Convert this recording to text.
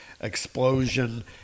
explosion